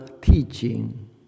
teaching